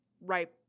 right